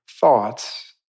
thoughts